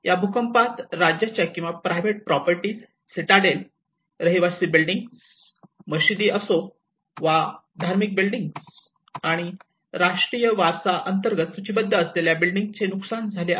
या भूकंपात राज्याच्या किंवा प्रायव्हेट प्रॉपर्टी सीताडेल रहिवासी बिल्डिंग मशिदी असो वा धार्मिक बिल्डिंग आणि राष्ट्रीय वारसा अंतर्गत सूचीबद्ध असलेल्या बिल्डिंगचे नुकसान झाले आहे